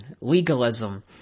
legalism